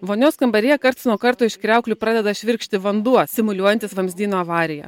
vonios kambaryje karts nuo karto iš kriauklių pradeda švirkšti vanduo simuliuojantis vamzdyno avariją